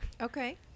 Okay